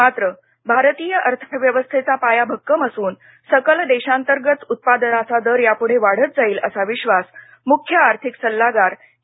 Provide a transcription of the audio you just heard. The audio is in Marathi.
मात्र भारतीय अर्थव्यवस्थेचा पाया भक्कम असून सकल देशांतर्गत उत्पादनाचा दर यापूढे वाढत जाईल असा विश्वास मृख्य आर्थिक सल्लागार के